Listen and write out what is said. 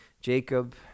Jacob